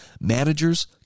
managers